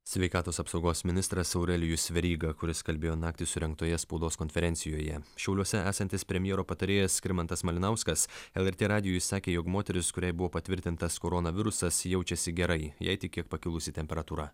sveikatos apsaugos ministras aurelijus veryga kuris kalbėjo naktį surengtoje spaudos konferencijoje šiauliuose esantis premjero patarėjas skirmantas malinauskas lrt radijui sakė jog moteris kuriai buvo patvirtintas koronavirusas jaučiasi gerai jai tik kiek pakilusi temperatūra